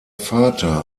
vater